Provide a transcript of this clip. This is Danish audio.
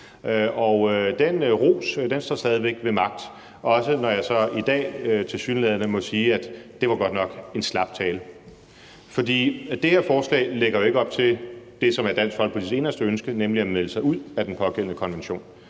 på. Den ros står stadig væk ved magt, også når jeg i dag tilsyneladende må sige, at det godt nok var en slap tale, for det her forslag lægger jo ikke op til det, der er Dansk Folkepartis inderste ønske, nemlig at melde os ud af den pågældende konvention.